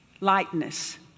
Lightness